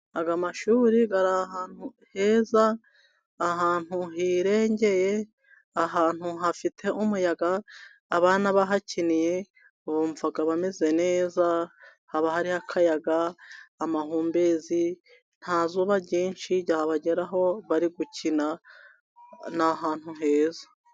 Aya mashuri ari ahantu heza, ahantu hirengeye ahantu hafite umuyaga, abana bahakiniye bumvaga bameze neza, haba hari akayaga amahumbezi nta zuba ryinshi ryabageraho bari gukina ni ahantu heza.